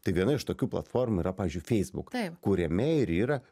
tai viena iš tokių platformų yra pavyzdžiui facebook kuriame ir yra